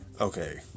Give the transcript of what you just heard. okay